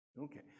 okay